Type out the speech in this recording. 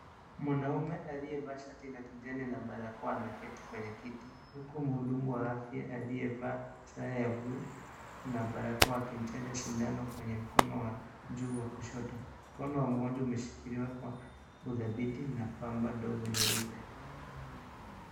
Mwanaume aliyevaa shati la kijani na barakoa ameketi kwenye kiti, huku mhudumu wa afya aliyevaa sare ya buluu na barakoa, akimchanja sindano kwenye mkono wa juu wa kushoto. Mkono wa mgonjwa umeshikiliwa kwa udhibiti na pamba ndogo nyeupe.